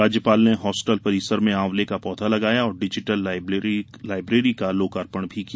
राज्यपाल ने हॉस्टल परिसर में आंवले का पौधा लगाया और डिजिटल लाइब्रेरी का लोकार्पण किया